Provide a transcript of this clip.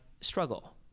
struggle